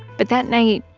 but that night,